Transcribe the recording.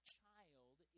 child